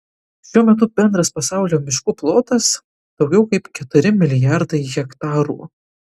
šiuo metu bendras pasaulio miškų plotas daugiau kaip keturi milijardai hektarų